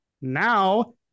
Now